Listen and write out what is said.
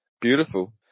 Beautiful